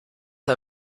war